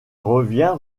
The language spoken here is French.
revient